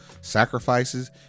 sacrifices